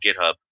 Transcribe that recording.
GitHub